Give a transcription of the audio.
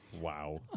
Wow